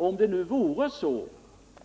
Om det nu vore så